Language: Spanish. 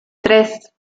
tres